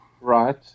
Right